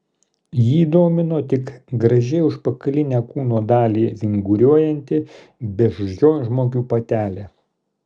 jį domino tik gražiai užpakalinę kūno dalį vinguriuojanti beždžionžmogių patelė